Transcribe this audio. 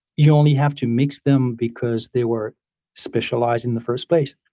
you only have to mix them because they were specialized in the first place.